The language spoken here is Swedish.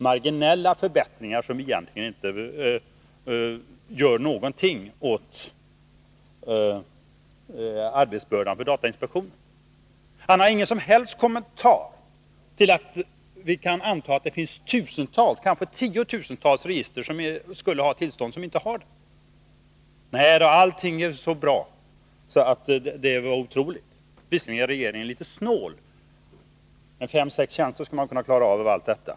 Marginella förbättringar gör ingenting åt arbetsbördan på datainspektionen. Han har ingen som helst kommentar till att vi kan anta att det finns tusentals, kanske tiotusentals register som borde ha tillstånd men som inte har det. Nej, allt är så otroligt bra. Visserligen är regeringen litet snål, med fem sex tjänster skulle man kunna klara av allt detta.